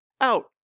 out